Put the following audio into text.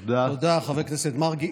תודה, חבר הכנסת מרגי.